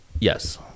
Yes